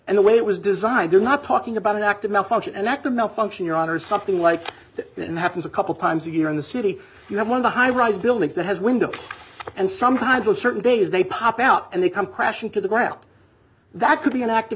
and the way it was designed they're not talking about an active malfunction and that the mill function you're on or something like that and happens a couple times a year in the city you have one of the high rise buildings that has windows and sometimes a certain days they pop out and they come crashing to the ground that could be an act